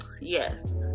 Yes